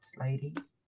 ladies